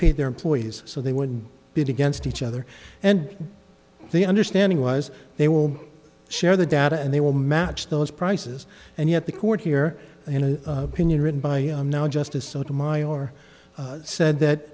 pay their employees so they would bid against each other and the understanding was they will share the data and they will match those prices and yet the court here in a pinion written by justice so to my or said that